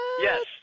Yes